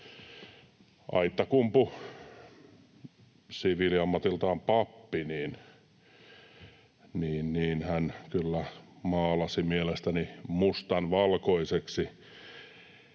Aittakumpu, siviiliammatiltaan pappi, kyllä maalasi mielestäni mustan valkoiseksi